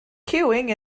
queuing